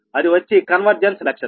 అది వచ్చి కన్వర్జెన్స్ లక్షణం